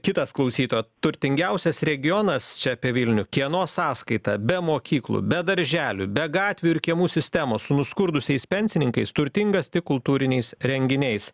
kitas klausytoja turtingiausias regionas čia apie vilnių kieno sąskaita be mokyklų be darželių be gatvių ir kiemų sistemos su nuskurdusiais pensininkais turtingas tik kultūriniais renginiais